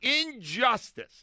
injustice